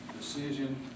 decision